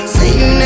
Satan